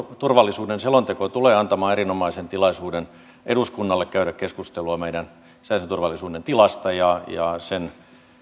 turvallisuuden selonteko tulee antamaan erinomaisen tilaisuuden eduskunnalle käydä keskustelua meidän sisäisen turvallisuuden tilasta ja ja sen